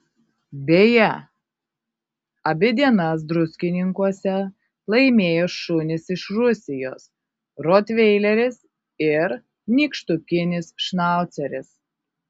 beje abi dienas druskininkuose laimėjo šunys iš rusijos rotveileris ir nykštukinis šnauceris